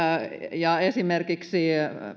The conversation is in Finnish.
ja esimerkiksi